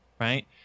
right